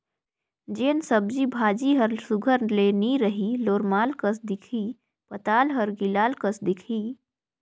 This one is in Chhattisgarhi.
जेन सब्जी भाजी हर सुग्घर ले नी रही लोरमाल कस दिखही पताल हर गिलाल कस दिखही